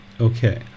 Okay